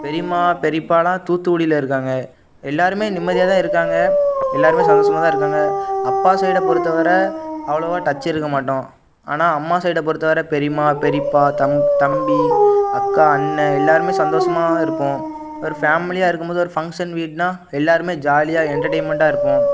பெரியம்மா பெரியப்பாலாம் தூத்துக்குடியில் இருக்காங்க எல்லோருமே நிம்மதியாக தான் இருக்காங்க எல்லோருமே சந்தோஷமாக தான் இருக்காங்க அப்பா சைடை பொறுத்தை வர அவ்வளோவா டச் இருக்கற மாட்டோம் ஆனால் அம்மா சைடை பொறுத்தை வர பெரியம்மா பெரியப்பா தம் தம்பி அக்கா அண்ணேண் எல்லோருமே சந்தோஷமாக தான் இருப்போம் ஒரு ஃபேம்லியாக இருக்கும் போது ஒரு ஃபங்க்ஷன் வீடுனா எல்லோருமே ஜாலியாக எண்டெர்டெயின்மெண்டாக இருப்போம்